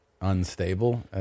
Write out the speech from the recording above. unstable